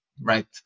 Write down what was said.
right